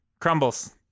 Crumbles